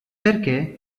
perché